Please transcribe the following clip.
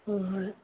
ꯍꯣꯏ ꯍꯣꯏ